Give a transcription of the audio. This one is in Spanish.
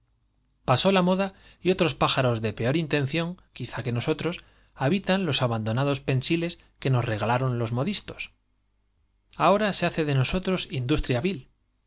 pasó la moda y otros pájaros habitan los abando intención quizás que nosotros modistos nados pensiles que nos regalaron los ahora se hce de nosotros industria vil